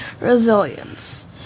Resilience